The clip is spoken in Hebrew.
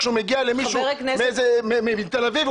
וכשהוא מגיע למישהו מתל אביב,